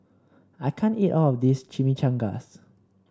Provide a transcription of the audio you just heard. I can't eat all of this Chimichangas